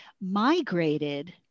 migrated